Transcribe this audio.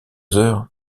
heures